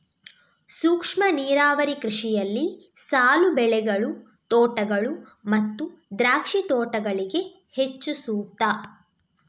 ಸೂಕ್ಷ್ಮ ನೀರಾವರಿ ಕೃಷಿಯಲ್ಲಿ ಸಾಲು ಬೆಳೆಗಳು, ತೋಟಗಳು ಮತ್ತು ದ್ರಾಕ್ಷಿ ತೋಟಗಳಿಗೆ ಹೆಚ್ಚು ಸೂಕ್ತ